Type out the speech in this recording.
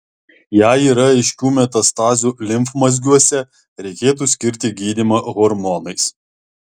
jei yra aiškių metastazių limfmazgiuose reikėtų skirti gydymą hormonais